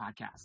podcast